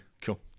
cool